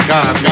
God